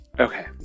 okay